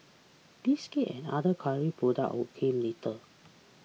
biscuits and other culinary products would came later